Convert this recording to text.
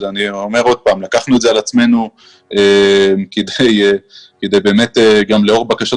אני אומר שוב שלקחנו את זה על עצמנו גם לאור בקשות